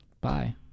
Bye